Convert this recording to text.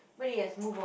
but yes move on